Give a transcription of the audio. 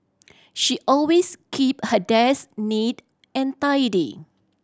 she always keep her desk neat and tidy